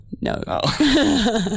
No